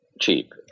cheap